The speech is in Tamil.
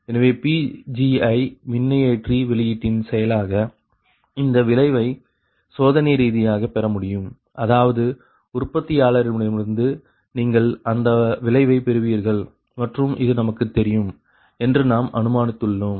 எனவே Pgi மின்னியற்றி வெளியீட்டின் செயலாக இந்த வளைவை சோதனைரீதியாக பெற முடியும் அதாவது உற்பத்தியாளரிடமிருந்து நீங்கள் இந்த வளைவை பெறுவீர்கள் மற்றும் இது நமக்கு தெரியும் என்று நாம் அனுமானித்துள்ளோம்